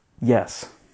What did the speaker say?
Yes